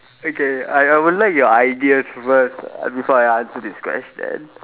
okay I I would like your ideas first before I answer this question